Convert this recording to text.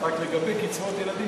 רק לגבי קצבאות ילדים,